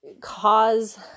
cause